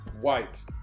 White